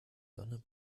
sonne